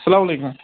سَلا م علیکُم